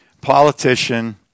politician